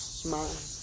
smile